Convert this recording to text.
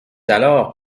alors